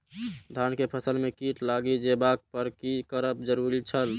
धान के फसल में कीट लागि जेबाक पर की करब जरुरी छल?